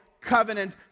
covenant